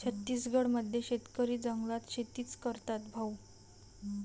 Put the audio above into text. छत्तीसगड मध्ये शेतकरी जंगलात शेतीच करतात भाऊ